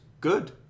good